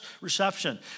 reception